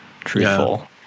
truthful